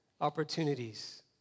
opportunities